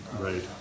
Right